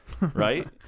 Right